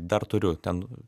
dar turiu ten